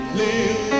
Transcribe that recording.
live